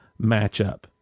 matchup